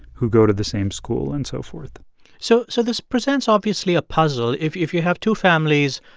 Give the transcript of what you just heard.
who go to the same school and so forth so so this presents, obviously, a puzzle. if if you have two families,